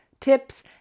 tips